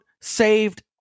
saved